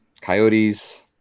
Coyotes